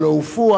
הלוא הוא פואד,